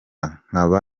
nkaba